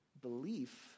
Belief